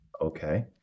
okay